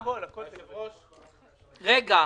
רגע.